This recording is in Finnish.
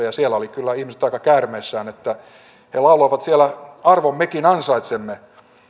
ja siellä olivat kyllä ihmiset aika käärmeissään he lauloivat siellä arvon mekin ansaitsemme